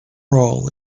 role